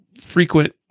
frequent